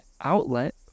outlet